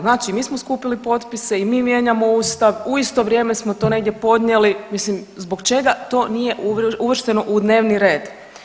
Znači mi smo skupili potpise i mi mijenjamo Ustav u isto vrijeme smo to negdje podnijeli, mislim zbog čega to nije uvršteno u dnevni red.